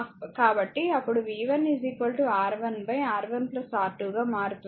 కాబట్టి అప్పుడు v 1 R1 R1 R2 గా మారుతుంది